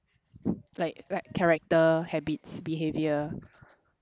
like like character habits behaviour